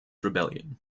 rebellion